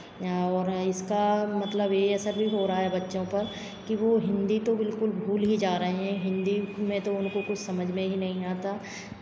यहाँ वो हैं इसका मतलब ये असर भी हो रहा है कि बच्चों पर कि वो हिन्दी तो बिलकुल भूल ही जा रहे हैं हिन्दी में तो उनको कुछ समझ में ही नहीं आता